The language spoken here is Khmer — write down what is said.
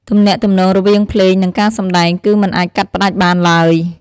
ទំនាក់ទំនងរវាងភ្លេង និងការសម្តែងគឺមិនអាចកាត់ផ្តាច់បានឡើយ។